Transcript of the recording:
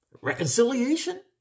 reconciliation